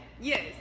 Yes